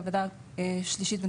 ועדה אחת בתחום הים ומים,